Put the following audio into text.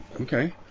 okay